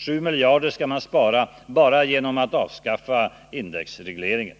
7 miljarder skall man spara bara genom att avskaffa indexregleringen.